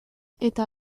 eta